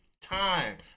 time